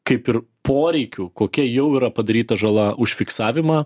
kaip ir poreikių kokia jau yra padaryta žala užfiksavimą